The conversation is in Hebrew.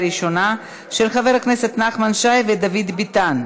של חבר הכנסת נחמן שי ודוד ביטן,